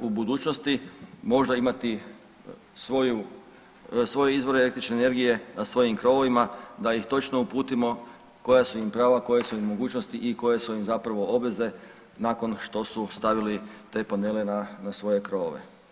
u budućnosti možda imati svoju, svoje izvore električne energije na svojim krovovima da ih točno uputimo koja su im prava, koje su im mogućnosti i koje su im zapravo obveze nakon što su stavili te panele na, na svoje krovove.